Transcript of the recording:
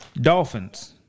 Dolphins